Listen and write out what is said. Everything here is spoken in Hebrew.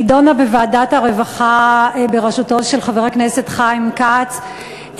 בוועדת הרווחה בראשותו של חבר הכנסת חיים כץ,